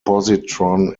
positron